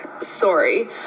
sorry